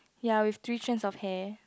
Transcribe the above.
ya with three strands of hair